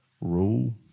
rule